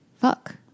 Fuck